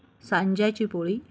सांज्याची पोळी